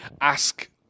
ask